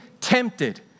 tempted